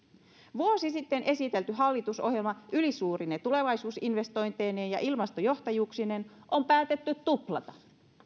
vuosi sitten esitelty hallitusohjelma ylisuurine tulevaisuusinvestointeineen ja ilmastojohtajuuksineen on päätetty tuplata